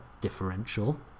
differential